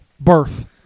Birth